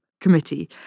Committee